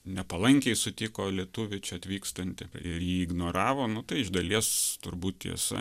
nepalankiai sutiko lietuvį čia atvykstantį ir jį ignoravo nu tai iš dalies turbūt tiesa